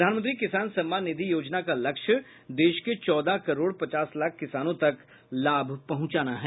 प्रधानमंत्री किसान सम्मान निधि योजना का लक्ष्य देश के चौदह करोड़ पचास लाख किसानों तक लाभ पहुंचाना है